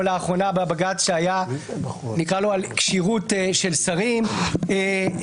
לאחרונה בבג"ץ שהיה על כשירות של שרים -- או